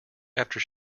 after